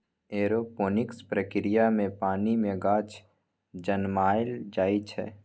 aeroponics प्रक्रिया मे पानि मे गाछ जनमाएल जाइ छै